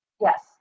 Yes